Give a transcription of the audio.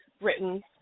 written